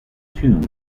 tomb